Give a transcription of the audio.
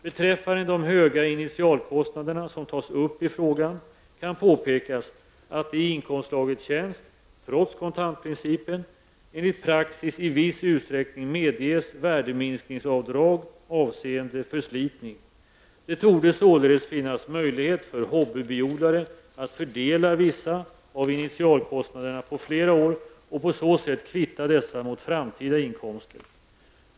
Beträffande de höga initialkostnaderna som tas upp i frågan kan påpekas att det i inkomstslaget tjänst, trots kontantprincipen, enligt praxis i viss utsträckning medges värdeminskningsavdrag avseende förslitning. Det torde således finnas möjlighet för hobbybiodlare att fördela vissa av initialkostnaderna på flera år och på så sätt kvitta dessa mot framtida inkomster.